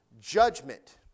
Judgment